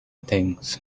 things